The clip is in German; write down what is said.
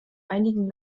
einigen